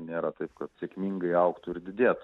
nėra taip kad sėkmingai augtų ir didėtų